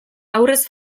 aurrez